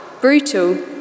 brutal